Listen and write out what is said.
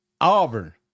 Auburn